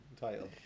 title